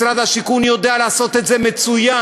משרד השיכון יודע לעשות את זה מצוין,